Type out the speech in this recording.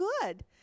good